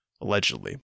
Allegedly